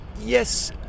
Yes